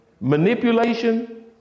manipulation